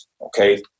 okay